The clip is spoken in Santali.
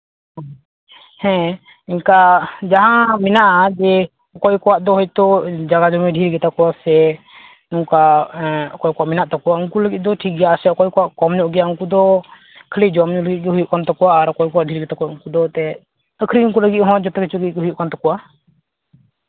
ᱦᱮᱸ ᱤᱱᱠᱟ ᱡᱟᱦᱟᱸ ᱢᱮᱱᱟᱜᱼᱟ ᱡᱮ ᱚᱠᱚᱭ ᱠᱚᱣᱟᱜ ᱫᱚ ᱦᱚᱭᱛᱳ ᱡᱟᱭᱜᱟ ᱫᱚᱢᱮ ᱰᱷᱮᱨ ᱜᱮᱛᱟ ᱠᱚᱣᱟ ᱥᱮ ᱱᱚᱝᱠᱟ ᱚᱠᱚᱭ ᱠᱚᱣᱟᱜ ᱢᱮᱱᱟᱜ ᱛᱟᱠᱚᱣᱟ ᱩᱱᱠᱩ ᱞᱟᱹᱜᱤᱫ ᱫᱚ ᱴᱷᱤᱠ ᱜᱮᱭᱟ ᱥᱮ ᱚᱠᱚᱭ ᱠᱚᱣᱟᱜ ᱠᱚᱢ ᱧᱚᱜ ᱜᱮᱭᱟ ᱩᱱᱠᱩ ᱫᱚ ᱠᱷᱟᱹᱞᱤ ᱡᱚᱢ ᱧᱩ ᱞᱟᱹᱜᱤᱫ ᱜᱮ ᱦᱩᱭᱩᱜ ᱠᱟᱱ ᱛᱟᱠᱚᱣᱟ ᱟᱨ ᱚᱠᱚᱭ ᱰᱷᱮᱨ ᱜᱮᱛᱟ ᱠᱚᱣᱟ ᱩᱱᱠᱩ ᱫᱚ ᱮᱱᱛᱮᱜ ᱟᱹᱠᱷᱨᱤᱧ ᱠᱚ ᱞᱟᱹᱜᱤᱫ ᱦᱚᱸ ᱡᱚᱛᱚ ᱜᱮ ᱦᱩᱭᱩᱜ ᱠᱟᱱ ᱛᱟᱠᱚᱣᱟ